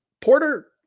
Porter